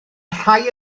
rhai